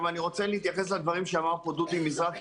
אני רוצה להתייחס לדברים שאמר פה דודי מזרחי,